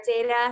data